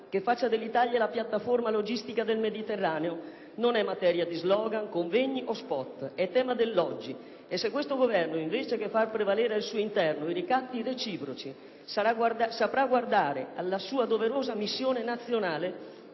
che faccia dell'Italia la piattaforma logistica del Mediterraneo non è materia di slogan, convegni o *spot*; è tema dell'oggi. E se questo Governo, invece che far prevalere al suo interno i ricatti reciproci, saprà guardare alla sua doverosa missione nazionale,